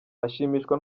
ashimishwa